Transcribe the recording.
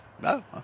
no